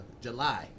July